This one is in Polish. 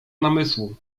namysłu